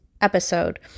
episode